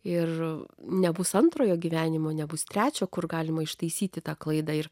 ir nebus antrojo gyvenimo nebus trečio kur galima ištaisyti tą klaidą ir